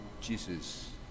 Jesus